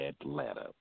Atlanta